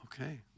Okay